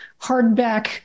hardback